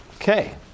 Okay